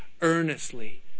earnestly